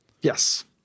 Yes